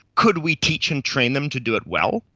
could we teach and train them to do it well,